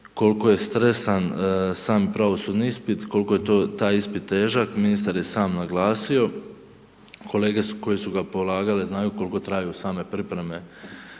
koliko je stresan sam pravosudni ispit, koliko je taj ispit težak, ministar je sam naglasio. Kolege koje su ga polagale znaju koliko traju same pripreme